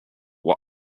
were